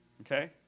Okay